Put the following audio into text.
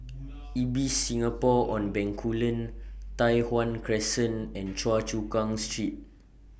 Ibis Singapore on Bencoolen Tai Hwan Crescent and Choa Chu Kang Street